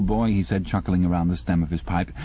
boy he said, chuckling round the stem of his pipe,